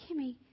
Kimmy